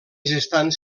gestant